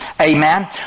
amen